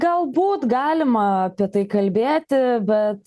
galbūt galima apie tai kalbėti bet